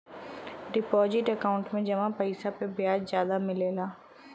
deposit account में जमा पइसा पे ब्याज जादा मिलला